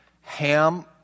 Ham